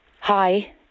Hi